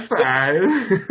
five